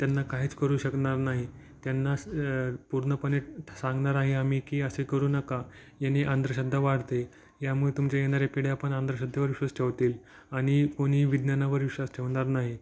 त्यांना काहीच करू शकणार नाही त्यांना पूर्णपणे सांगणार आहे आम्ही की असे करू नका यानी अंधश्रद्धा वाढते यामुळे तुमच्या येणाऱ्या पिढ्या पण अंधश्रद्धेवर विश्वास ठेवतील आणि कोणी विज्ञानावर विश्वास ठेवणार नाही